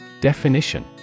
Definition